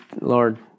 Lord